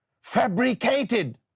fabricated